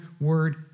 word